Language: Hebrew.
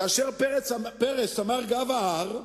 כאשר פרס אמר גב ההר,